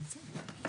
בבקשה.